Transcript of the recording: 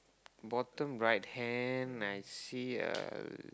bottom right hand I see a